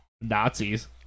Nazis